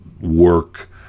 work